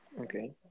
Okay